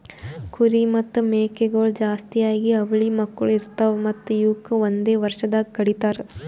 ಕುರಿ ಮತ್ತ್ ಮೇಕೆಗೊಳ್ ಜಾಸ್ತಿಯಾಗಿ ಅವಳಿ ಮಕ್ಕುಳ್ ಇರ್ತಾವ್ ಮತ್ತ್ ಇವುಕ್ ಒಂದೆ ವರ್ಷದಾಗ್ ಕಡಿತಾರ್